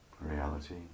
reality